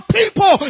people